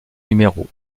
numéros